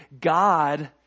God